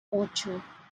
ocho